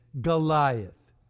Goliath